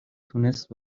تونست